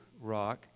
rock